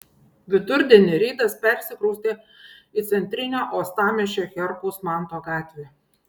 vidurdienį reidas persikraustė į centrinę uostamiesčio herkaus manto gatvę